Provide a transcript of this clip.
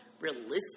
realistic